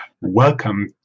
Welcome